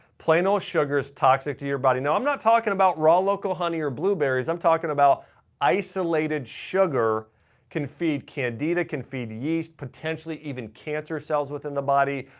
plain old sugar is toxic to your body. now, i'm not talking about raw local honey or blueberries, i'm talking about isolated sugar can feed candida, can feed yeast, potentially even cancer cells within the body,